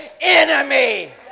enemy